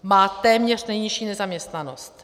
Má téměř nejnižší nezaměstnanost.